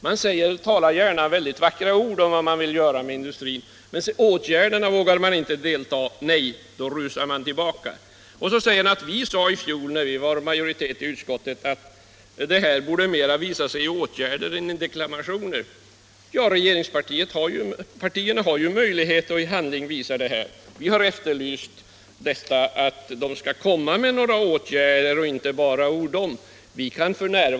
Man talar gärna vackra ord om vad man vill göra med industrin, men i åtgärderna vill man inte delta, då rusar man tillbaka. Så säger herr Andersson i Örebro att vi i fjol, när vi var i majoritet i utskottet, sade att det här mer borde visa sig i åtgärder än i deklamationer. Ja, regeringspartierna har ju möjlighet att i handling visa vad de vill. Vi har efterlyst åtgärder och inte bara ord om vad som bör göras.